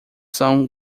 são